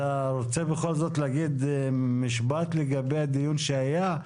אתה רוצה בכל זאת להגיד משפט לגבי הדיון שהיה?